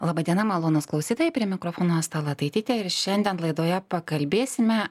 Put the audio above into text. laba diena malonūs klausytojai prie mikrofono asta lataitytė ir šiandien laidoje pakalbėsime